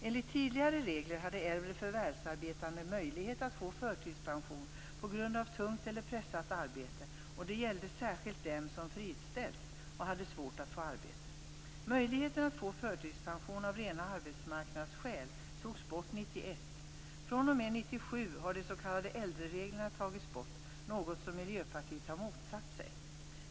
Enligt tidigare regler hade äldre förvärvsarbetande möjlighet att få förtidspension på grund av tungt eller pressat arbete, och det gällde särskilt dem som friställts och hade svårt att få arbete. Möjligheten att få förtidspension av rena arbetsmarknadsskäl togs bort 1991. fr.o.m. 1997 har de s.k. äldrereglerna tagits bort - något som Miljöpartiet har motsatt sig.